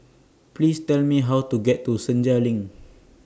Please Tell Me How to get to Senja LINK